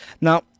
Now